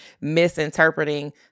misinterpreting